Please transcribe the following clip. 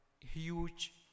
huge